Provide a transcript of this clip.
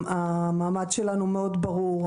המעמד שלנו מאוד ברור,